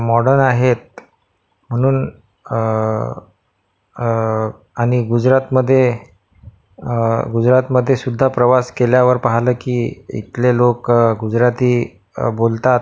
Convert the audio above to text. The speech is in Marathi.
मॉडर्न आहेत म्हणून आणि गुजरातमध्ये गुजरातमध्ये सुद्धा प्रवास केल्यावर पाहिलं की इथले लोक गुजराथी बोलतात